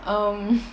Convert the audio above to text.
um